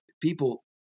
people –